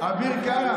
הטיפול,